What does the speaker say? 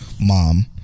mom